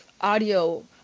audio